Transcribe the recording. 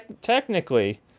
technically